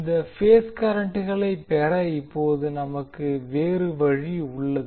இந்த பேஸ் கரண்ட்களை பெற இப்போது நமக்கு வேறு வழி உள்ளது